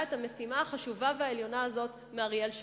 את המשימה החשובה והעליונה הזאת מאריאל שרון.